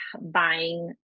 buying